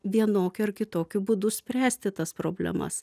vienokiu ar kitokiu būdu spręsti tas problemas